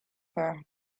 her